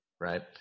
right